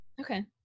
Okay